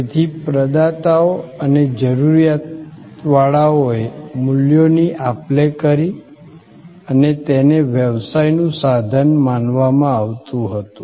તેથી પ્રદાતાઓ અને જરૂરિયાતવાળાઓએ મૂલ્યોની આપલે કરી અને તેને વ્યવસાયનું સાધન માનવામાં આવતું હતું